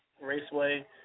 Raceway